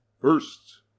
first